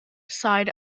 side